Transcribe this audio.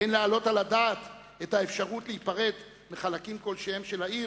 אין להעלות על הדעת את האפשרות להיפרד מחלקים כלשהם של העיר,